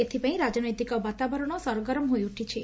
ଏଥପାଇଁ ରାକନୈତିକ ବାତାବରଣ ସରଗରମ ହୋଇଉଠିଛି